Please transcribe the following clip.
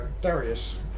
Darius